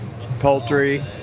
poultry